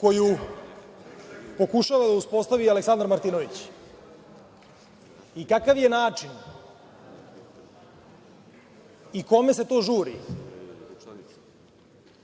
koju pokušava da uspostavi Aleksandar Martinović. Kakav je način i kome se to žuri